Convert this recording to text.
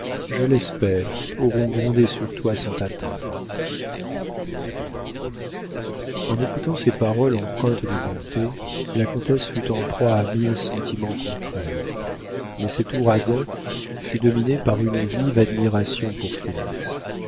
je l'espère auront grondé sur toi sans t'atteindre en écoutant ces paroles empreintes de bonté la comtesse fut en proie à mille sentiments contraires mais cet ouragan fut dominé par une vive admiration pour félix